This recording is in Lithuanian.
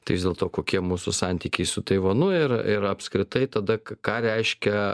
tai vis dėlto kokie mūsų santykiai su taivanu ir ir apskritai tada k ką reiškia